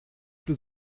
plus